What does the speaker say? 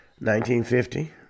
1950